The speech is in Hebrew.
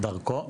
דרכון?